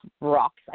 rocks